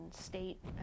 state